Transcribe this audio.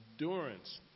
endurance